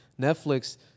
Netflix